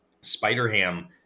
Spider-Ham